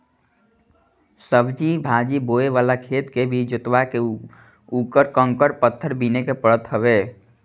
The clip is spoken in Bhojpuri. सब्जी भाजी बोए वाला खेत के भी जोतवा के उकर कंकड़ पत्थर बिने के पड़त हवे